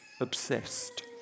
Obsessed